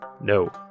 No